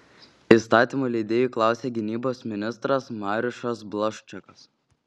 įstatymų leidėjų klausė gynybos ministras mariušas blaščakas